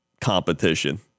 competition